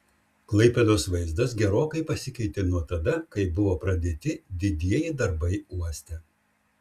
klaipėdos vaizdas gerokai pasikeitė nuo tada kai buvo pradėti didieji darbai uoste